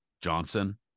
Johnson